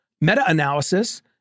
meta-analysis